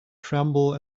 tremble